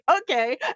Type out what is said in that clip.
okay